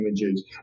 images